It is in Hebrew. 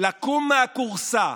לקום מהכורסה,